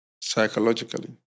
psychologically